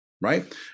right